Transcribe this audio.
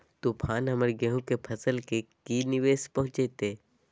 तूफान हमर गेंहू के फसल के की निवेस पहुचैताय?